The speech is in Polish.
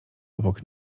obok